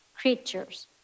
creatures